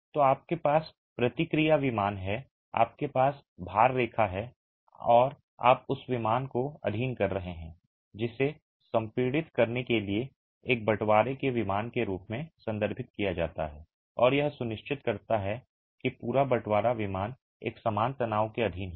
तो आपके पास प्रतिक्रिया विमान है आपके पास भार रेखा है और आप उस विमान को अधीन कर रहे हैं जिसे संपीड़ित करने के लिए एक बंटवारे के विमान के रूप में संदर्भित किया जाता है और यह सुनिश्चित करता है कि पूरा बंटवारा विमान एक समान तनाव के अधीन है